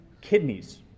kidneys